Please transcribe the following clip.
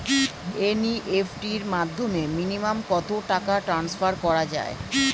NEFT র মাধ্যমে minimum কত টাকা টান্সফার করা যায়?